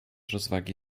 rozwagi